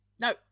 no